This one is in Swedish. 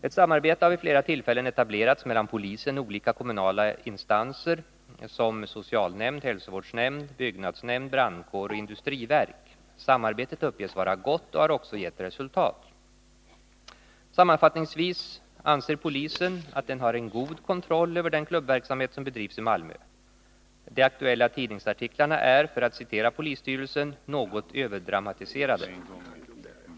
Ett samarbete har vid flera tillfällen etablerats mellan polisen och olika kommunala instanser som socialnämnd, hälsovårdsnämnd, byggnadsnämnd, brandkår och industriverk. Samarbetet uppges vara gott och har också gett resultat. Sammanfattningsvis anser polisen att den har en god kontroll över den klubbverksamhet som bedrivs i Malmö. De aktuella tidningsartiklarna är — för att citera polisstyrelsen — ”något överdramatiserade”.